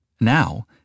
Now